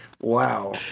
wow